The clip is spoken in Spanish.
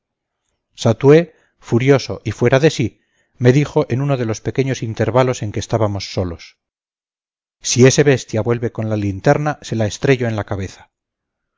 estábamos allí satué furioso y fuera de sí me dijo en uno de los pequeños intervalos en que estábamos solos si ese bestia vuelve con la linterna se la estrello en la cabeza